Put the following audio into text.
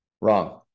wrong